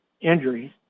injuries